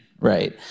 right